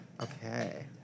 Okay